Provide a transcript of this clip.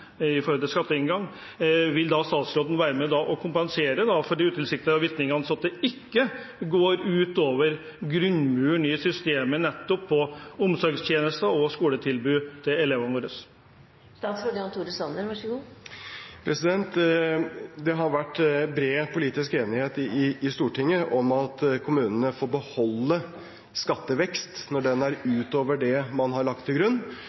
statsråden være med og kompensere for de utilsiktede virkningene, slik at det ikke går ut over grunnmuren i systemet nettopp når det gjelder omsorgstjenester og skoletilbud til elevene våre? Det har vært bred politisk enighet i Stortinget om at kommunene får beholde skattevekst når den er utover det man har lagt til grunn.